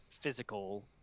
physical